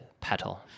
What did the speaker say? petal